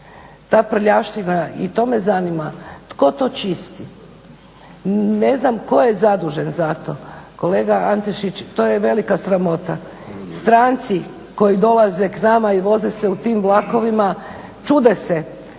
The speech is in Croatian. Ta prljavština i to me zanima tko to čisti? Ne znam tko je zadužen za to. Kolega Antešić to je velika sramota. Stranci koji dolaze k nama i voze se u tim vlakovima čude se.